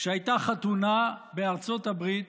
הייתה חתונה בארצות הברית,